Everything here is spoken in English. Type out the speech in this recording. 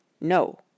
No